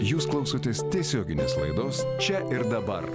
jūs klausotės tiesioginės laidos čia ir dabar